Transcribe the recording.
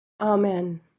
Amen